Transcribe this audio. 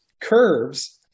curves